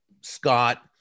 Scott